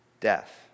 death